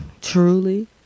truly